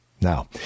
Now